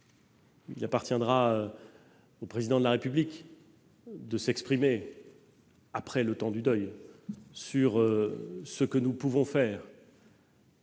Il appartiendra au Président de la République de s'exprimer, après le temps du deuil, sur ce que nous pouvons faire